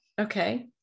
Okay